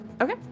Okay